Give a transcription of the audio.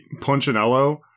Punchinello